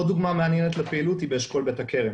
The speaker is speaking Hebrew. עוד דוגמה מעניינת לפעילות היא באשכול בית הכרם.